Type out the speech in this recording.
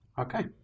Okay